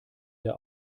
der